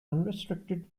unrestricted